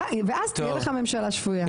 ואז תהיה לך ממשלה שפויה.